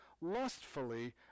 lustfully